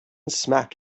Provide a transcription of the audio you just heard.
smack